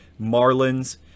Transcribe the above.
Marlins